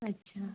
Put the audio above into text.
अच्छा